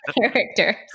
character